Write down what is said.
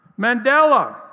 Mandela